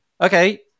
Okay